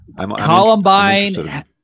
columbine